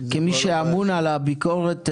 כמי שאמון על הביקורת,